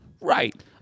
Right